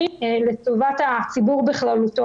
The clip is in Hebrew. לאן לפנות אליכם עם ההצעות?